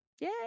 yay